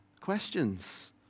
questions